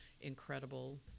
incredible